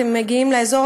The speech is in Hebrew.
אם אתם מגיעים לאזור,